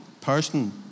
person